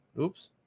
Oops